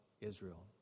Israel